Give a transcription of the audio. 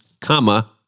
comma